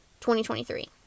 2023